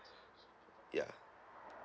ya